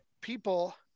people